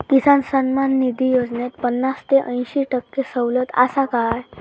किसान सन्मान निधी योजनेत पन्नास ते अंयशी टक्के सवलत आसा काय?